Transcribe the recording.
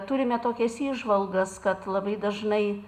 turime tokias įžvalgas kad labai dažnai